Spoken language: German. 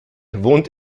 wohnt